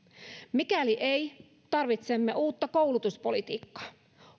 mikäli ei tarvitsemme uutta koulutuspolitiikkaa